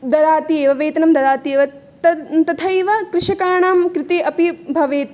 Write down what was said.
ददाति एव वेतनं ददाति एव तद् तथैव कृषकाणां कृते अपि भवेत्